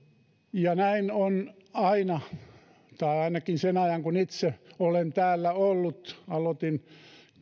ja näin on aina ollut tai ainakin sen ajan kun itse olen täällä ollut aloitin